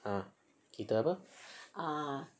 ah kita apa